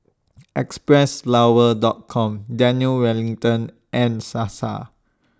Xpressflower Dot Com Daniel Wellington and Sasa